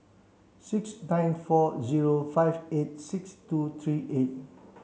six nine four zero five eight six two three eight